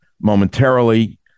momentarily